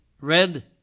Red